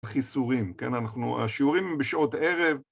חיסורים, כן? אנחנו שיעורים בשעות ערב